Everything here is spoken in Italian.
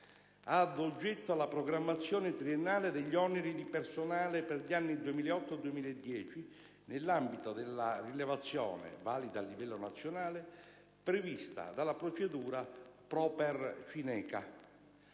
ad oggetto la programmazione triennale degli oneri di personale per gli anni 2008-2010, nell'ambito della rilevazione, valida a livello nazionale, prevista dalla procedura PROPER-CINECA.